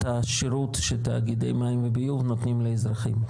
השירות של תאגידי מים וביוב לכלל האזרחים.